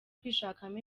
kwishakamo